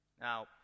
Now